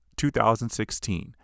2016